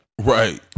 Right